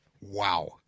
Wow